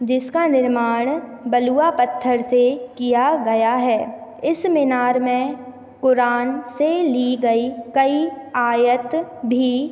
जिसका निर्माण बलुवा पत्थर से किया गया है इस मीनार में क़ुरान से ली गई कई आयत भी